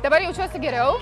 dabar jaučiuosi geriau